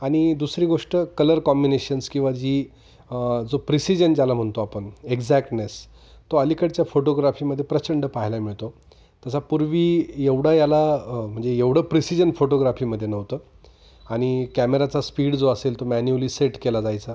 आणि दुसरी गोष्ट कलर कॉम्बिनेशन्स किंवा जी जो प्रिसिजन ज्याला म्हणतो आपण एक्झॅक्टने तो अलीकडच्या फोटोग्राफीमध्ये प्रचंड पाहायला मिळतो तसा पूर्वी एवढा याला म्हणजे एवढं प्रिसिजन फोटोग्राफीमध्ये नव्हतं आणि कॅमेराचा स्पीड जो असेल तो मॅन्युअली सेट केला जायचा